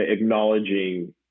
acknowledging